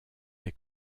des